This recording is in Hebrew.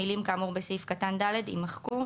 המילים "כאמור בסעיף קטן (ד)" יימחקו.